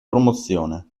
promozione